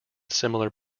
similar